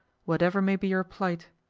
whatever may be your plight.